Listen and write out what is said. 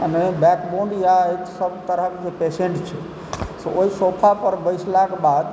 मने बैकबोन या एहि सब तरहके पेशेन्ट छै से ओहि सोफेपर बैसलाके बाद